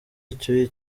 icyo